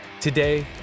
Today